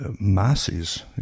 masses